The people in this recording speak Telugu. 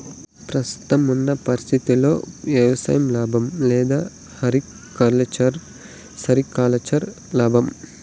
ప్రస్తుతం ఉన్న పరిస్థితుల్లో వ్యవసాయం లాభమా? లేదా హార్టికల్చర్, సెరికల్చర్ లాభమా?